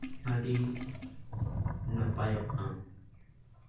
ᱟᱹᱰᱤ ᱱᱟᱯᱟᱭᱚᱜᱼᱟ